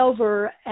over